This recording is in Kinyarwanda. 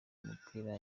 umupira